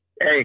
hey